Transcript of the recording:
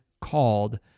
called